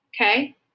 okay